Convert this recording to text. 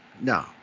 no